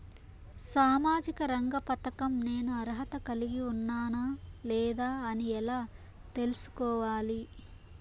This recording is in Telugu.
సామాజిక రంగ పథకం నేను అర్హత కలిగి ఉన్నానా లేదా అని ఎలా తెల్సుకోవాలి?